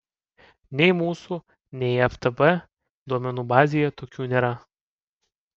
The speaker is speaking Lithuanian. nei mūsų nei ftb duomenų bazėje tokių nėra